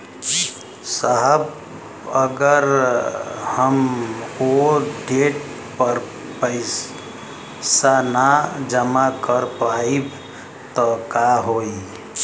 साहब अगर हम ओ देट पर पैसाना जमा कर पाइब त का होइ?